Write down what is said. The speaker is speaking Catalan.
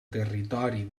territori